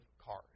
cars